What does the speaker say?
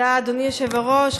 אדוני היושב-ראש.